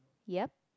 yup